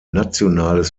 nationales